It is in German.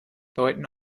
deuten